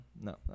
no